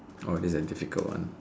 orh this is a difficult one